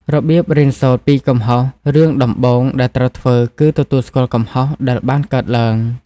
របៀបរៀនសូត្រពីកំហុសរឿងដំបូងដែលត្រូវធ្វើគឺ ទទួលស្គាល់កំហុស ដែលបានកើតឡើង។